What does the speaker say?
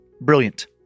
Brilliant